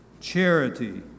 charity